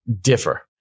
differ